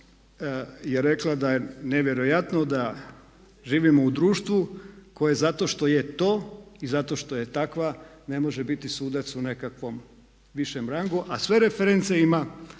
je rekla da je nevjerojatno da živimo u društvu koje zato što je to i zato što je takva ne može biti sudac u nekakvom višem rangu a sve reference da